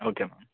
okay ma'am